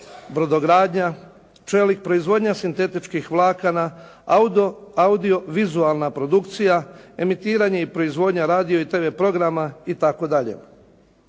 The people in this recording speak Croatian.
brodogradnja, čelik, proizvodnja sintetičkih vlakana, audio vizualna produkcija, emitiranje i proizvodnja radio i TV programa i